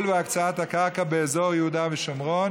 והקצאת הקרקע באזור יהודה ושומרון